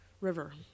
River